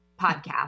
podcast